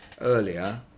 earlier